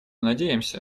надеемся